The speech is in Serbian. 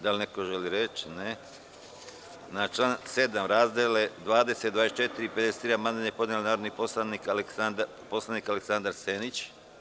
Da li neko želi reč? (Ne) Na član 7. razdele 20, 24 i 53 amandman je podneo narodni poslanik Aleksandar Senić.